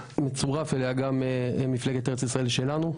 שתצורף אליה גם מפלגת "ארץ ישראל שלנו"